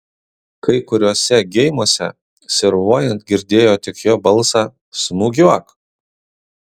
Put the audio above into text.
kai kuriuose geimuose servuojant girdėjo tik jo balsą smūgiuok